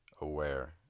aware